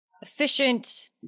efficient